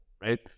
right